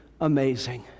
Amazing